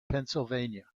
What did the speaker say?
pennsylvania